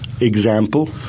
Example